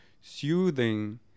soothing